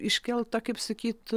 iškelta kaip sakyt